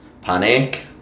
Panic